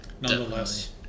nonetheless